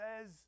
says